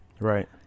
Right